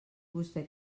vostè